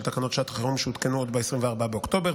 תקנות שעת חירום שהותקנו עוד ב-24 באוקטובר.